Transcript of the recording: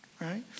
Right